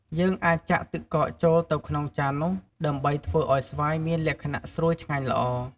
យើងអាចចាក់ទឹកកកចូលទៅក្នុងចាននោះ ដើម្បីធ្វើឲ្យស្វាយមានលក្ខណៈស្រួយឆ្ងាញ់ល្អ។